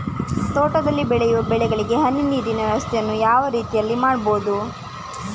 ತೋಟದಲ್ಲಿ ಬೆಳೆಯುವ ಬೆಳೆಗಳಿಗೆ ಹನಿ ನೀರಿನ ವ್ಯವಸ್ಥೆಯನ್ನು ಯಾವ ರೀತಿಯಲ್ಲಿ ಮಾಡ್ಬಹುದು?